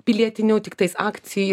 pilietinių tiktais akcijų